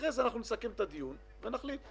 אחרי זה נסכם את הדיון ונחליט.